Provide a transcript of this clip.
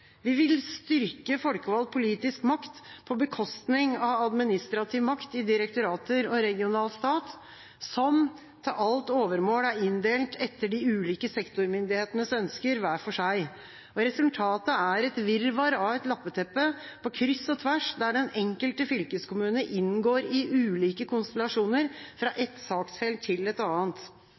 Vi vil styrke folkevalgt politisk makt på bekostning av administrativ makt i direktorater og regional stat, som til alt overmål er inndelt etter de ulike sektormyndighetenes ønsker, hver for seg. Resultatet er et virvar av et lappeteppe på kryss og tvers, der den enkelte fylkeskommune inngår i ulike konstellasjoner, fra ett saksfelt til et annet.